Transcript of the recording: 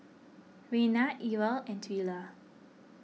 Raina Ewell and Twila